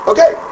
Okay